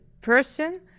person